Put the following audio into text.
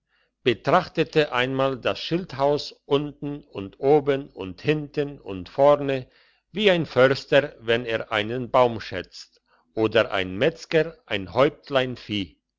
betrachtete einmal das schilderhaus unten und oben und hinten und vornen wie ein förster wenn er einen baum schätzt oder ein metzger ein häuptlein